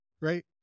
Right